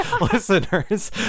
listeners